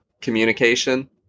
communication